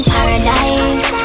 Paradise